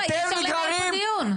אי-אפשר לנהל פה דיון.